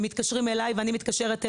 הם מתקשרים אליי ואני מתקשרת אליהם.